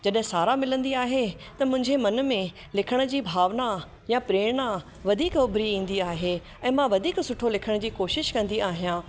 जॾहिं साराह मिलंदी आहे त मुंहिंजे मन में लिखण जी भावना या प्रेरणा वधीक उभरी ईंदी आहे ऐं मां वधीक सुठो लिखण जी कोशिश कंदी आहियां